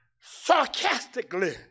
sarcastically